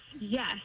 yes